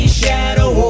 shadow